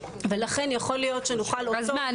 ולכן יכול להיות שנוכל -- אז מה,